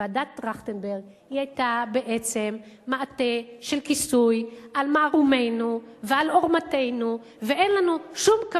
ועדת-טרכטנברג היתה בעצם מעטה של כיסוי על מערומינו ועל עורמתנו,